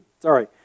sorry